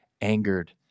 angered